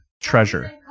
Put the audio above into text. treasure